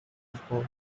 football